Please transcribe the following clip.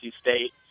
State